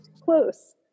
close